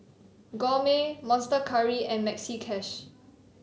Gourmet Monster Curry and Maxi Cash